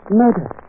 murder